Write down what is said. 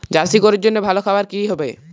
Jersey গরুর জন্য ভালো খাবার কি হবে?